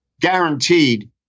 guaranteed